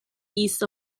east